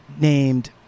named